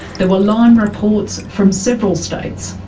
there were lyme reports from several states.